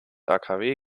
akw